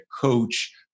coach